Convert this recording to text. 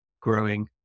growing